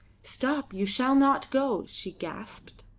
stop, you shall not go! she gasped.